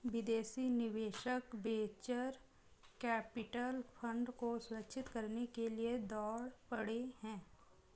विदेशी निवेशक venture capital fund को सुरक्षित करने के लिए दौड़ पड़े हैं